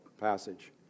passage